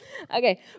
Okay